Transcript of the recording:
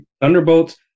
Thunderbolts